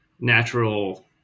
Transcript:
natural